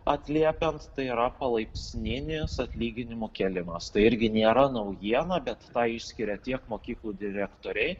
atliepiant tai yra palaipsninis atlyginimų kėlimas tai irgi nėra naujiena bet tą išskiria tiek mokyklų direktoriai